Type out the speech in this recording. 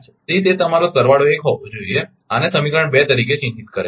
તેથી તે તમારો સરવાળો 1 હોવો જોઈએ આને સમીકરણ 2 તરીકે ચિહ્નિત કરેલ છે બરાબર